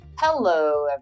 Hello